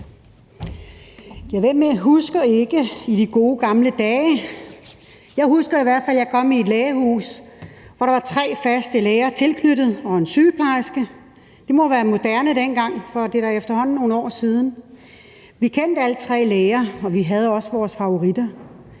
Hvem husker ikke de gode gamle dage? Jeg husker i hvert fald, at jeg kom i et lægehus, hvor der var tre faste læger tilknyttet og en sygeplejerske. Det må have været moderne dengang, for det er da efterhånden nogle år siden. Vi kendte alle tre læger, og vi havde også vores favoritter,